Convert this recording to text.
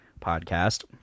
podcast